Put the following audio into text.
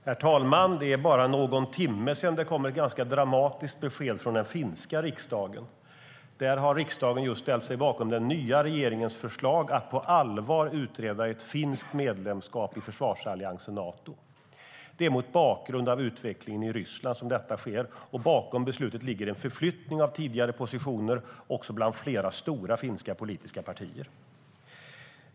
Herr talman! Det är bara någon timme sedan det kom ett ganska dramatiskt besked från den finska riksdagen. I Finland har riksdagen just ställt sig bakom den nya regeringens förslag att på allvar utreda ett finskt medlemskap i försvarsalliansen Nato. Det är mot bakgrund av utvecklingen i Ryssland som detta sker. Bakom beslutet ligger en förflyttning av tidigare positioner också bland flera stora finska politiska partier.